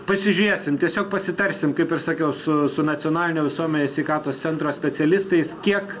pasižiūrėsim tiesiog pasitarsim kaip ir sakiau su su nacionalinio visuomenės sveikatos centro specialistais kiek